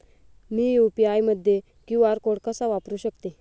मी UPI मध्ये QR code कसा वापरु शकते?